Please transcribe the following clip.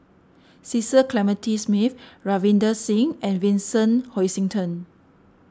Cecil Clementi Smith Ravinder Singh and Vincent Hoisington